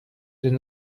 than